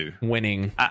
winning